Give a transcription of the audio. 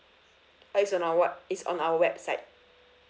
uh it's on our web~ it's on our website